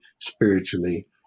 spiritually